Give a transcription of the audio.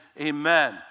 amen